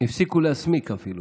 הפסיקו להסמיק אפילו.